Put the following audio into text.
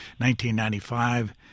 1995